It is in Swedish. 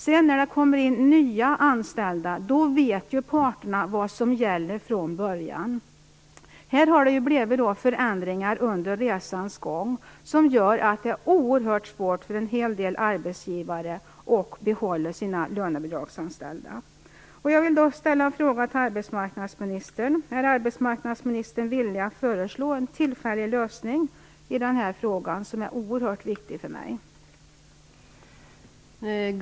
När det sedan kommer nya anställda vet ju parterna vad som gäller från början. Det har blivit förändringar under resans gång som gör att det är oerhört svårt för många arbetsgivare att behålla sina lönebidragsanställda. Jag vill ställa en fråga till arbetsmarknadsministern: Är arbetsmarknadsministern beredd att föreslå en tillfällig lösning i den här frågan, som är oerhört viktigt för mig?